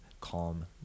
calm